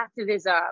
activism